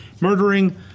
murdering